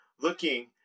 looking